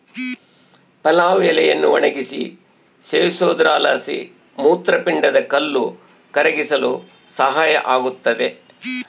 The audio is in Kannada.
ಪಲಾವ್ ಎಲೆಯನ್ನು ಒಣಗಿಸಿ ಸೇವಿಸೋದ್ರಲಾಸಿ ಮೂತ್ರಪಿಂಡದ ಕಲ್ಲು ಕರಗಿಸಲು ಸಹಾಯ ಆಗುತ್ತದೆ